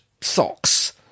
socks